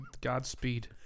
Godspeed